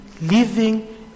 living